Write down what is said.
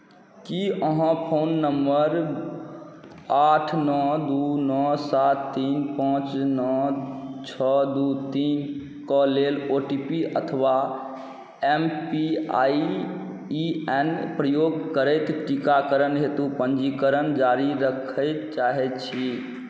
की अहाँ phone number आठ नओ दू नओ सात तीन पाँच नओ छओ दू तीनके लेल ओ टी पी अथवा M P I E N प्रयोग करैत टीकाकरण हेतु पञ्जीकरण जारी राखय चाहैत छी